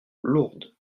lourdes